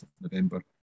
November